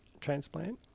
transplant